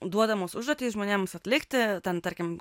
duodamos užduotys žmonėms atlikti ten tarkim